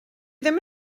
ddim